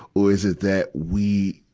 or is it that we,